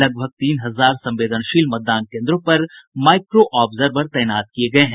लगभग तीन हजार संवेदनशील मतदान केन्द्रों पर माईक्रो ऑब्जर्वर तैनात किये गये हैं